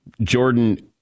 Jordan